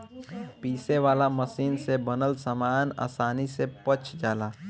पीसे वाला मशीन से बनल सामान आसानी से पच जाला